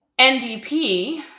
NDP